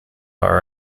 car